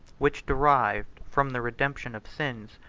which derived from the redemption of sins,